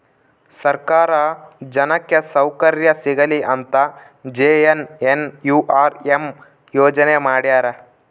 ಸರ್ಕಾರ ಜನಕ್ಕೆ ಸೌಕರ್ಯ ಸಿಗಲಿ ಅಂತ ಜೆ.ಎನ್.ಎನ್.ಯು.ಆರ್.ಎಂ ಯೋಜನೆ ಮಾಡ್ಯಾರ